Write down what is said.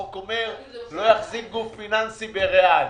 החוק אומר שלא יחזיק גוף פיננסי בריאלי.